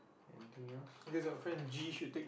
anything else